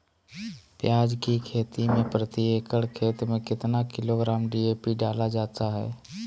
प्याज की खेती में प्रति एकड़ खेत में कितना किलोग्राम डी.ए.पी डाला जाता है?